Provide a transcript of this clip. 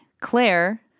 Claire